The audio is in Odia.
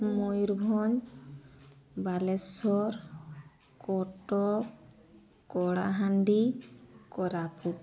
ମୟୂରଭଞ୍ଜ ବାଲେଶ୍ୱର କଟକ କଳାହାଣ୍ଡି କୋରାପୁଟ